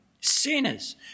sinners